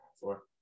Four